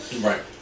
Right